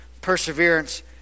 perseverance